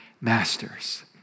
masters